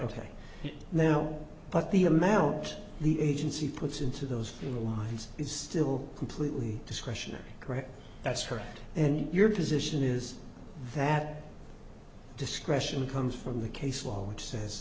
ok now but the amount the agency puts into those fuel lines is still completely discretionary correct that's correct and your position is that discretion comes from the case law which says